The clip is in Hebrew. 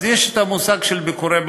אז יש מושג של ביקורי-בית.